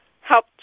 help